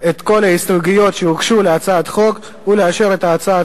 את כל ההסתייגויות שהוגשו להצעת החוק ולאשר את הצעת